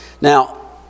Now